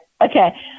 Okay